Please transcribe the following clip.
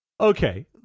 Okay